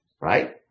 right